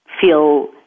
feel